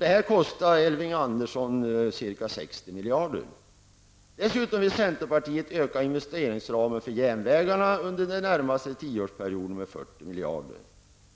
Detta kostar, Elving Andersson, ca 60 miljarder. Centerpartiet vill också öka investeringsramen för järnvägarna under den närmaste tioårsperioden med 40 miljarder.